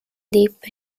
deep